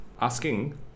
asking